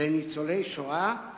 לניצולי השואה.